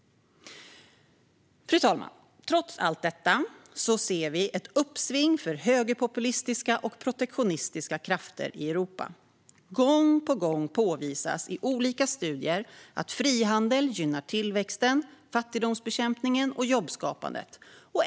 Fru talman! Trots allt detta ser vi ett uppsving för högerpopulistiska och protektionistiska krafter i Europa. Gång på gång påvisas i olika studier att frihandel gynnar tillväxten, fattigdomsbekämpningen och jobbskapandet.